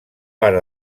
part